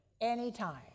anytime